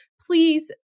please